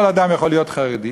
כל אדם יכול להיות חרדי,